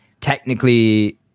technically